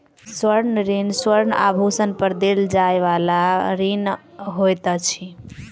स्वर्ण ऋण स्वर्ण आभूषण पर देल जाइ बला ऋण होइत अछि